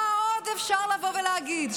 מה עוד אפשר לבוא ולהגיד,